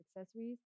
accessories